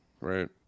Right